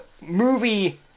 movie